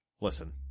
listen